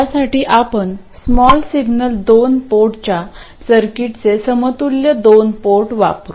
त्यासाठी आपण small signal दोन पोर्टच्या सर्किटचे समतुल्य दोन पोर्ट वापरू